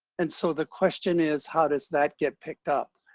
and so the question is, how does that get picked up?